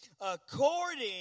according